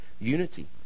unity